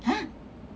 !huh!